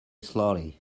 slowly